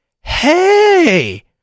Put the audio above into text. Hey